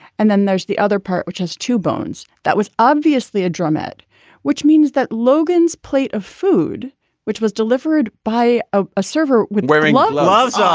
and then there's the other part which has two bones that was obviously a drum at which means that logan's plate of food which was delivered delivered by ah a server with wearing um gloves ah